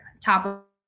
top